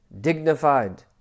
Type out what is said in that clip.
dignified